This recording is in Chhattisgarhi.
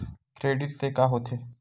क्रेडिट से का होथे?